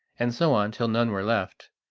and so on till none were left.